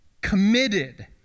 committed